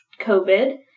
COVID